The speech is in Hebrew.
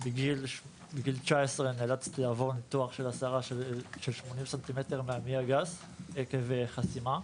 בגיל 19 נאלצתי לעבור ניתוח של הסרת 80 ס"מ מהמעי הגס עקב חסימה.